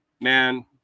man